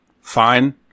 fine